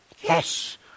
Yes